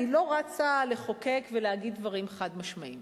אני לא רצה לחוקק ולהגיד דברים חד-משמעיים.